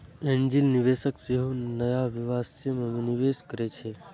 angel निवेशक सेहो नया व्यवसाय मे निवेश करै छै